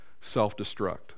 self-destruct